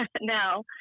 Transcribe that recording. no